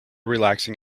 relaxing